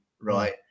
right